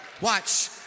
Watch